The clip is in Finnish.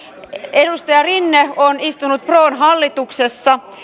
edustaja rinne on istunut pron hallituksessa